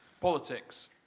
politics